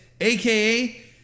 aka